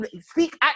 speak